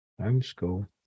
Homeschool